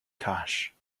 cash